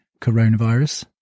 coronavirus